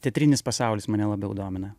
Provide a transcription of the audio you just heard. teatrinis pasaulis mane labiau domina